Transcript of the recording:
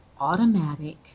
automatic